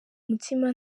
mutima